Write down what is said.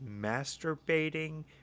masturbating